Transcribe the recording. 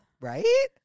Right